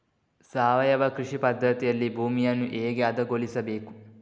ಸಾವಯವ ಕೃಷಿ ಪದ್ಧತಿಯಲ್ಲಿ ಭೂಮಿಯನ್ನು ಹೇಗೆ ಹದಗೊಳಿಸಬೇಕು?